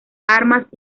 armas